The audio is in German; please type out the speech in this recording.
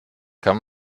kann